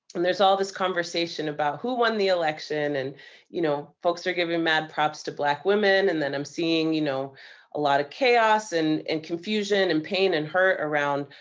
and there's all this conversation about who won the election, and you know folks are giving mad props to black women, and then i'm seeing you know a lot of chaos and and confusion and pain and hurt around,